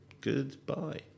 goodbye